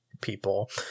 people